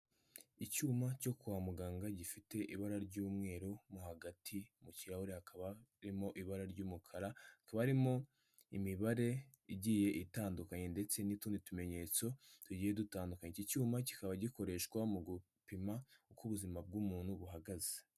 Icyuma cyo kwa muganga gifite ibara ry'umweru mu hagati, mu kirahure hakaba harimo ibara ry'umukara, hakaba harimo imibare igiye itandukanye, ndetse n'utundi tumenyetso tugiye dutandukanya, iki cyuma kikaba gikoreshwa mu gupima uko ubuzima bw'umuntu buhagaze.